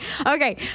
Okay